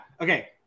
okay